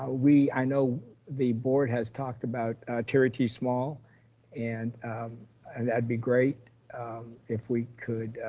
ah we, i know the board has talked about turie t. small and that'd be great if we could,